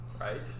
right